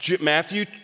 Matthew